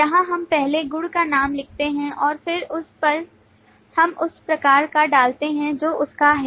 यहां हम पहले गुण का नाम लिखते हैं और फिर हम उस प्रकार का डालते हैं जो उसका है